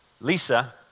Lisa